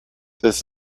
this